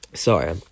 Sorry